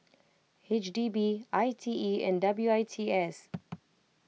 H D B I T E and W I T S